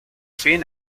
fin